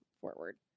forward